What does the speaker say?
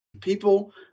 people